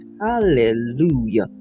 Hallelujah